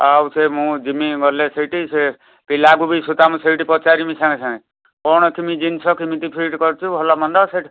ଆଉ ସେ ମୁଁ ଯିମି ଗଲେ ସେଇଠି ସେ ପିଲାକୁ ବି ସୁଦ୍ଧା ମୁଁ ସେଇଠି ପଚାରିମି ସାଙ୍ଗେସାଙ୍ଗେ କଣ କେମିତି ଜିନିଷ କେମିତି ଫିଟ୍ କରିଛୁ ଭଲମନ୍ଦ